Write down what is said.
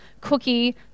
cookie